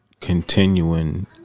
continuing